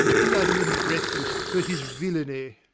bloody and breathless for his villany!